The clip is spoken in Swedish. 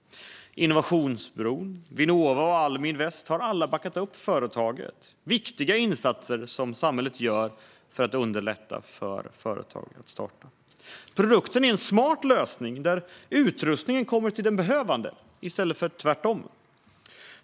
Innovationsbron, Vinnova och Almi Invest har alla backat upp företaget - viktiga insatser som samhället gör för att underlätta för företag att starta. Produkten är en smart lösning där utrustningen kommer till den behövande i stället för tvärtom.